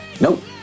Nope